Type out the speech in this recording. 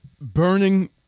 Burning